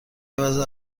وضع